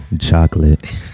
chocolate